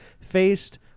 faced